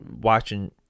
watching